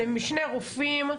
אתם שני רופאים,